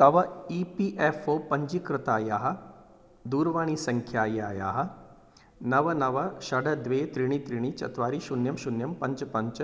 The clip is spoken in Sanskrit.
तव ई पी एफ़् ओ पञ्जीकृतायाः दूरवाणीसङ्ख्यायाः दूरवाणीसङ्ख्यायाः नव नव षड् द्वे त्रीणि त्रीणि चत्वारि शून्यं शून्यं पञ्च पञ्च